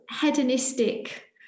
hedonistic